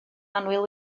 annwyl